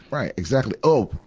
right, exactly. oh!